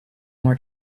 more